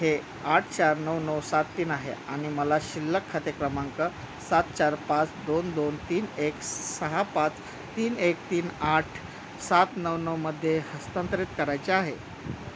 हे आठ चार नऊ नऊ सात तीन आहे आणि मला शिल्लक खाते क्रमांक सात चार पाच दोन दोन तीन एक सहा पाच तीन एक तीन आठ सात नऊ नऊ म हस्तांतरित करायचे आहे